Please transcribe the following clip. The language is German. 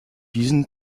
diesen